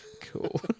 Cool